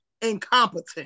incompetent